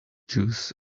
juice